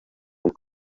und